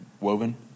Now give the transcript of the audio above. woven